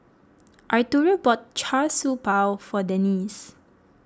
Arturo bought Char Siew Bao for Denice